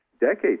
decades